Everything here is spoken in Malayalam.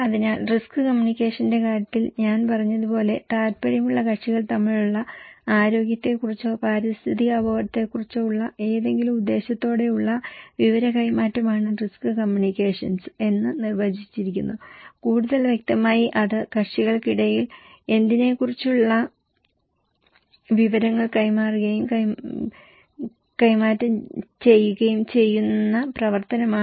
അതിനാൽ റിസ്ക് കമ്മ്യൂണിക്കേഷന്റെ കാര്യത്തിൽ ഞാൻ പറഞ്ഞതുപോലെ താൽപ്പര്യമുള്ള കക്ഷികൾ തമ്മിലുള്ള ആരോഗ്യത്തെക്കുറിച്ചോ പാരിസ്ഥിതിക അപകടത്തെക്കുറിച്ചോ ഉള്ള ഏതെങ്കിലും ഉദ്ദേശ്യത്തോടെയുള്ള വിവര കൈമാറ്റമാണ് റിസ്ക് കമ്മ്യൂണിക്കേഷൻ എന്ന് നിർവചിച്ചിരിക്കുന്നത് കൂടുതൽ വ്യക്തമായി അത് കക്ഷികൾക്കിടയിൽ എന്തിനെക്കുറിച്ചുള്ള വിവരങ്ങൾ കൈമാറുകയും കൈമാറുകയും ചെയ്യുന്ന പ്രവർത്തനമാണ്